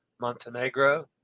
Montenegro